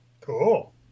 Cool